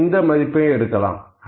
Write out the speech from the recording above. நாம் எந்த மதிப்பையும் எடுக்கலாம்